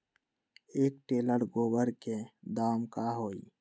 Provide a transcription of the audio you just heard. एक टेलर गोबर के दाम का होई?